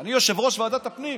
אני יושב-ראש ועדת הפנים,